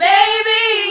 Baby